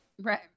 Right